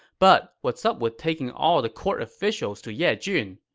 but what's up with taking all the court officials to yejun?